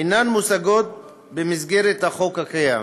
אינן מושגות במסגרת החוק הקיים,